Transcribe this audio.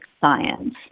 science